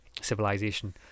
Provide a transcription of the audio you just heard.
civilization